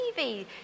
TV